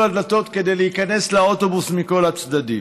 הדלתות בשביל להיכנס לאוטובוס מכל הצדדים?